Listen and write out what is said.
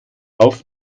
auf